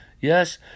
Yes